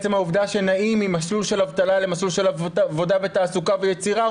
עצם העובדה שנעים ממסלול של אבטלה למסלול של עבודה ותעסוקה ויצירה,